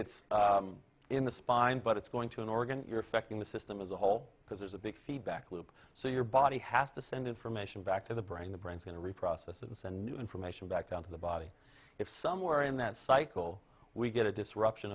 it's in the spine but it's going to an organ you're affecting the system as a whole because there's a big feedback loop so your body has to send information back to the brain the brain can reprocess and send new information back down to the body if somewhere in that cycle we get a disruption